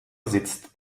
sitzt